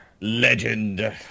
Legend